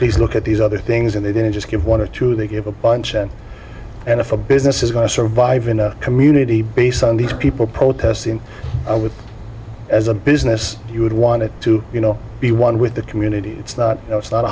please look at these other things and they didn't just give one or two they give a bunch of and if a business is going to survive in a community based on these people protesting i would as a business you would want it to you know be one with the community it's not you know it's not a